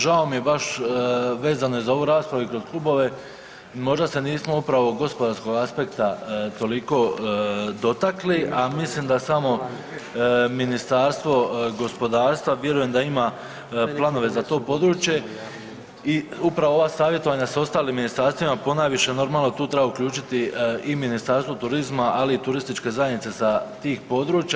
Žao mi je baš vezano je za ovu raspravu i kroz klubove, možda se nismo upravo gospodarskog aspekta toliko dotakli, a mislim da samo Ministarstvo gospodarstva vjerujem da ima planove za to područje u upravo ova savjetovanja s ostalim ministarstvima ponajviše normalno tu treba uključiti i Ministarstvo turizma, ali i turističke zajednice sa tih područje.